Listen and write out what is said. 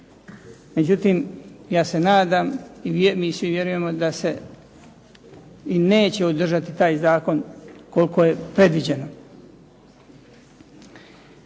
Međutim ja se nadam i mi svi vjerujemo da se i neće održati taj zakon koliko je predviđeno.